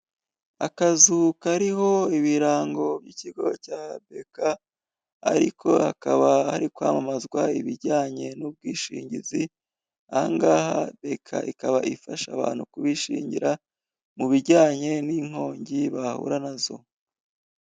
Akazu kariho ibirango by'ikigo cya beka ariko hakaba hari kwamamazwa ibijyanye n'ubwishingizi ahangaha beka ikaba ifasha abantu kubishingira mu bijyanye n'inkongi bahura nazo.